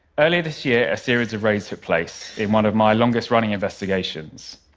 earlier this year, a series of raids took place in one of my longest-running investigations.